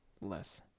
less